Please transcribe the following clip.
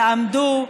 תעמדו,